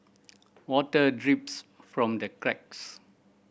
water drips from the cracks